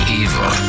evil